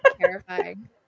terrifying